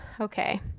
okay